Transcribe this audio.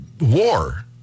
war